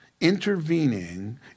intervening